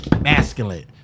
masculine